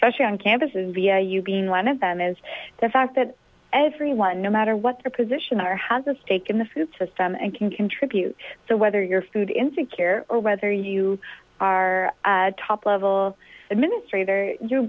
specially on campuses via you being one of them is the fact that everyone no matter what their position are has a stake in the food system and can contribute so whether your food insecure or whether you are a top level administrator